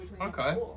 Okay